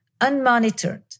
unmonitored